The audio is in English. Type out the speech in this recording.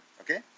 Okay